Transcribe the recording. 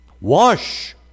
Wash